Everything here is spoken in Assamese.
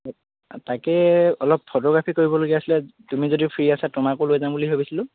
তাকে অলপ ফটোগ্ৰাফী কৰিবলগীয়া আছিলে তুমি যদি ফ্ৰী আছে তোমাকো লৈ যাম বুলি ভাবিছিলোঁ